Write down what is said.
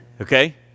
okay